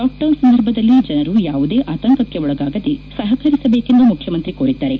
lockdown ಸಂದರ್ಭದಲ್ಲಿ ಜನರು ಯಾವುದೇ ಆತಂಕಕ್ಕೆ ಒಳಗಾಗದೇ ಸಹಕರಿಸಬೇಕೆಂದು ಮುಖ್ಯಮಂತ್ರಿ ಕೋರಿದ್ದಾರೆ